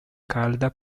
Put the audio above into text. calda